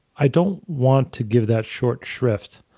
i don't want to give that short shrift,